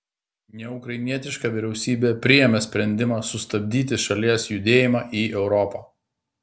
neukrainietiška vyriausybė priėmė sprendimą sustabdyti šalies judėjimą į europą